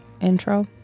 Intro